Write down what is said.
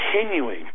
continuing